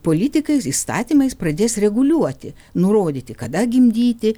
politikai įstatymais pradės reguliuoti nurodyti kada gimdyti